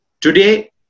today